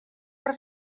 per